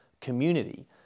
community